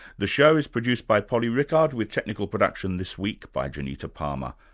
the show is produced by polly rickard, with technical production this week by janita palmer.